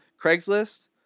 Craigslist